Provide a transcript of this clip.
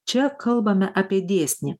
čia kalbame apie dėsnį